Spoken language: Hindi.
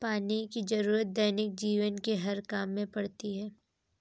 पानी की जरुरत दैनिक जीवन के हर काम में पड़ती है